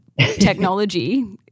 technology